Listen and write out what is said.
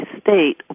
state